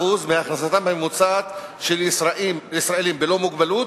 מהכנסתם הממוצעת של ישראלים בלא מוגבלות,